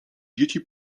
dzieci